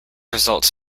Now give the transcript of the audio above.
results